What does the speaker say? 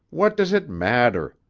what does it matter?